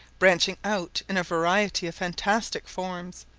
branching out in a variety of fantastic forms.